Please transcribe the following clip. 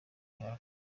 hafi